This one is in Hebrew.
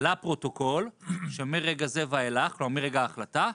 לפרוטוקול שמרגע זה ואילך, או מרגע ההחלטה,